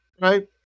right